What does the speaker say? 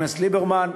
חבר הכנסת ליברמן,